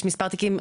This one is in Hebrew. יש מספר תיקים,